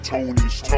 Tony's